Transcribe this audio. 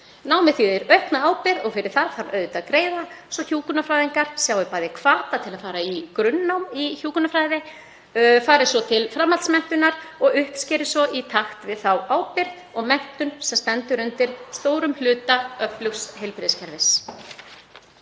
Námið þýðir aukin ábyrgð og fyrir það þarf auðvitað að greiða svo hjúkrunarfræðingar sjái bæði hvata til að fara í grunnnám í hjúkrunarfræði, fara í framhaldsnám og uppskeri svo í takt við þá ábyrgð og menntun sem stendur undir stórum hluta öflugs heilbrigðiskerfis.